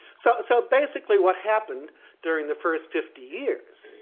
so so basically what happened during the first fifty years,